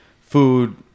food